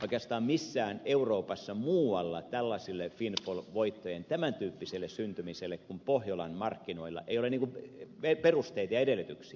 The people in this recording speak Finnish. oikeastaan missään euroopassa muualla windfall voittojen tämäntyyppiselle syntymiselle kuin pohjolan markkinoilla ei ole perusteita ja edellytyksiä